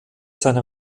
seine